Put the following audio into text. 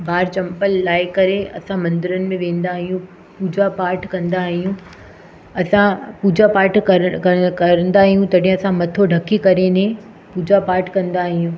ॿाहिरि चम्पल लाहे करे असां मन्दरनि में वेंदा आहियूं पूॼा पाठ कंदा आहियूं असां पूॼा पाठ क र क र क कंदा आहियूं तॾहिं असां मथो ढके करीने पूॼा पाठ कंदा आहियूं